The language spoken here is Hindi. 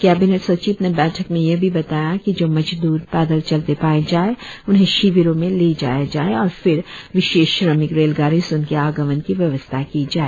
कैबिनेट सचिव ने बैठक में यह भी बताया कि जो मजदूर पैदल चलते पाये जाए उन्हें शिविरों में ले जाया जाए और फिर विशेष श्रमिक रेलगाडियों से उनके आवागमन की व्यवस्था की जाए